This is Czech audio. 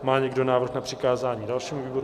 Má někdo návrh na přikázání dalšímu výboru?